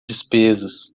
despesas